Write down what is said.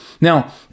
Now